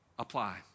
apply